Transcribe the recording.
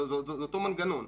זה אותו מנגנון.